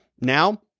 now